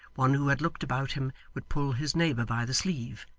one who had looked about him would pull his neighbour by the sleeve,